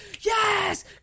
yes